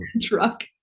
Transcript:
truck